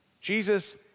Jesus